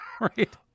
right